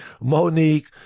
Monique